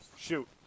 Shoot